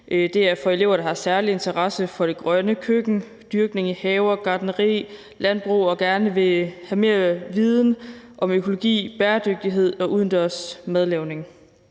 det er for elever, der har særlig interesse for det grønne køkken, dyrkning i haver, gartneri, landbrug og gerne vil have mere viden om økologi, bæredygtighed og udendørs madlavning.